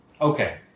Okay